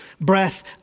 Breath